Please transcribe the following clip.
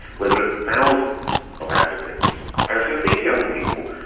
where there are thousands of advocates. and for these young people,